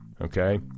Okay